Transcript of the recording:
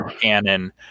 canon